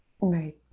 Right